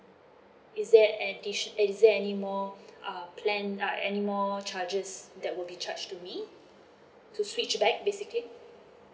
is there addi~ is there any more uh plan uh anymore charges that will be charged to me to switch back basically